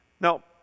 Now